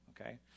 okay